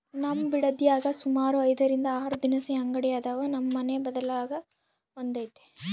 ನಮ್ ಬಿಡದ್ಯಾಗ ಸುಮಾರು ಐದರಿಂದ ಆರು ದಿನಸಿ ಅಂಗಡಿ ಅದಾವ, ನಮ್ ಮನೆ ಬಗಲಾಗ ಒಂದೈತೆ